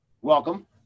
Welcome